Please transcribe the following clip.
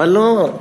אבל לא.